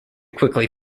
quickly